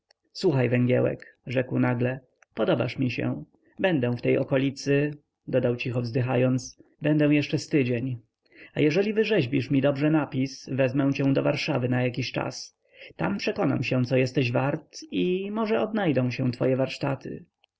słuchaj węgiełek rzekł nagle podobasz mi się będę w tej okolicy dodał cicho wzdychając będę jeszcze z tydzień a jeżeli wyrzeźbisz mi dobrze napis wezmę cię do warszawy na jakiś czas tam przekonam się co jesteś wart i może odnajdą się twoje warsztaty